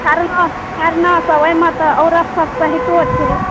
खरना खरनासभ एहिमे तऽ औरतसभ सहितो छै